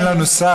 אם אין לנו שר,